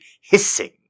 hissing